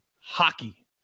hockey